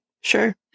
Sure